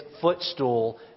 footstool